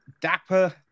dapper